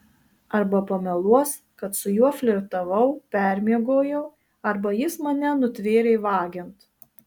arba pameluos kad su juo flirtavau permiegojau arba jis mane nutvėrė vagiant